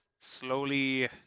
slowly